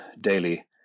daily